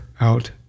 out